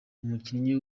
umukinnyi